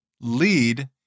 lead